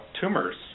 tumors